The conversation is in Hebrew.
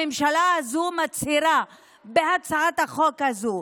הממשלה הזאת מצהירה בהצעת החוק הזאת,